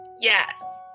Yes